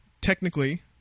Technically